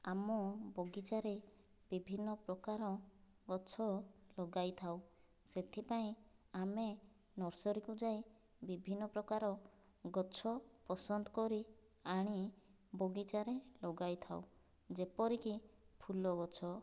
ଆମ ବଗିଚାରେ ବିଭିନ୍ନ ପ୍ରକାର ଗଛ ଲଗାଇଥାଉ ସେଥିପାଇଁ ଆମେ ନର୍ସରୀକୁ ଯାଇ ବିଭିନ୍ନ ପ୍ରକାର ଗଛ ପସନ୍ଦ କରି ଆଣି ବଗିଚାରେ ଲଗାଇଥାଉ ଯେପରିକି ଫୁଲ ଗଛ